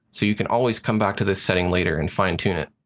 so you can always come back to this setting later and fine tune it.